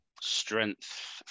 Strength